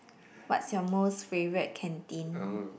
what's your most favourite canteen